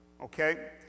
okay